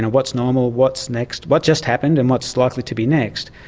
and what's normal, what's next, what just happened, and what's likely to be next,